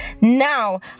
Now